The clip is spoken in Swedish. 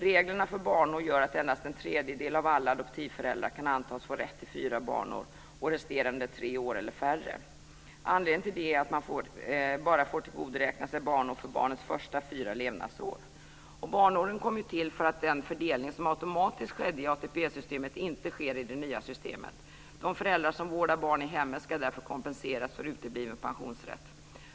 Reglerna för barnår gör att endast en tredjedel av alla adoptivföräldrar kan antas få rätt till fyra barnår och resterande får rätt till tre år eller färre. Anledningen till det är att man bara får tillgodoräkna sig barnår för barnens första fyra levnadsår. Barnåren kom till därför att den fördelning som automatiskt skedde i ATP-systemet inte sker i det nya systemet. De föräldrar som vårdar barn i hemmet ska därför kompenseras för utebliven pensionsrätt.